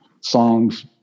songs